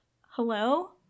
hello